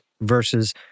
versus